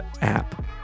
app